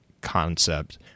concept